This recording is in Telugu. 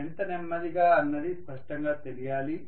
ఎంత నెమ్మదిగా అన్నది స్పష్టంగా తెలియాలి